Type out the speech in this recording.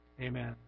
amen